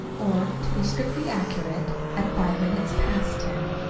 or, to be strictly accurate, at five minutes past ten.